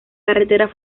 carretera